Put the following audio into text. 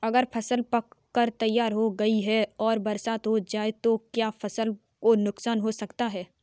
अगर फसल पक कर तैयार हो गई है और बरसात हो जाए तो क्या फसल को नुकसान हो सकता है?